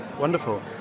Wonderful